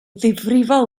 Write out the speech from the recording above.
ddifrifol